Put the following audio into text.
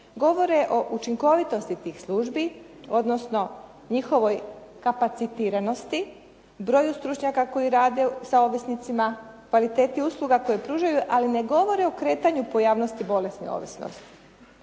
govore o učinkovitosti tih službi, odnosno njihovoj kapacitiranosti, broju stručnjaka koji rade sa ovisnicima, kvaliteti usluga koju pružaju, ali ne govore o kretanju pojavnosti bolesne ovisnosti.